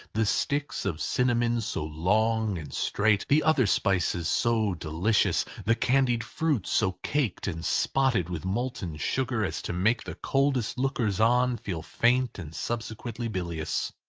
the sticks of cinnamon so long and straight, the other spices so delicious, the candied fruits so caked and spotted with molten sugar as to make the coldest lookers-on feel faint and subsequently bilious.